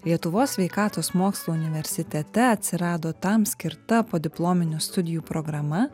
lietuvos sveikatos mokslų universitete atsirado tam skirta podiplominių studijų programa